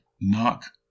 Knock